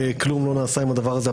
כלום לא נעשה עם הדבר הזה.